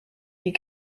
die